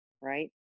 right